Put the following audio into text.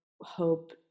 hope